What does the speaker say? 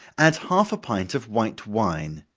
add half a pint of white wine.